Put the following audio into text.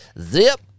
Zip